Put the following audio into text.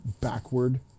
backward